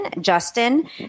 Justin